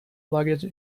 luggage